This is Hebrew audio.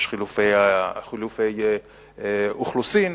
יש חילופי אוכלוסין,